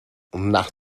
nach